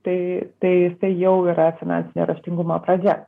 tai tai tai jau yra finansinio raštingumo pradžia